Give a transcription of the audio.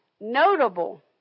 notable